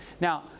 Now